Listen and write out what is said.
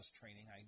training